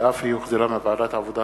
שהחזירה ועדת העבודה,